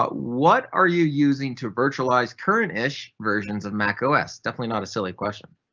ah what are you using to virtualize current ish versions of mac os definitely not a silly question?